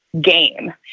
game